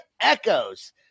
Echoes